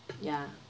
ya